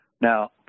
Now